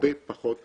הרבה פחות ביטוח.